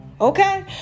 Okay